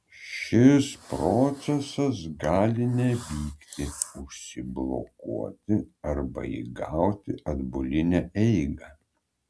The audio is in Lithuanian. šis procesas gali nevykti užsiblokuoti arba įgauti atbulinę eigą